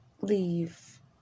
leave